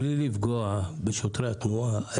בלי לפגוע בשוטרי התנועה,